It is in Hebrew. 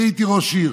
אני הייתי ראש עיר.